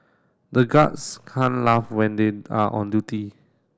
the guards can't laugh when they are on duty